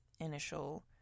initial